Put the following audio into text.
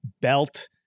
belt